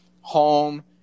home